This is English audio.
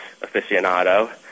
aficionado